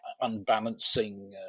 unbalancing